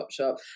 Topshop